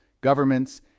governments